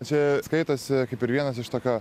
čia skaitosi kaip ir vienas iš tokio